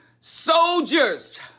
Soldiers